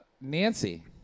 Nancy